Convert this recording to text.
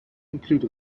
include